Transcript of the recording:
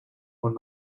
one